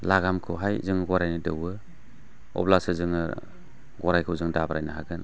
लागामखौहाय गराइनो दौओ अब्लासो जोङो गराइखौ दाब्रायनो हागोन